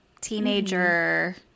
teenager